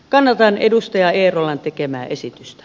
kannatan edustaja eerolan tekemää esitystä